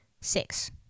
six